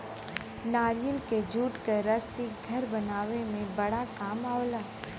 नारियल के जूट क रस्सी घर बनावे में बड़ा काम आवला